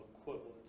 equivalent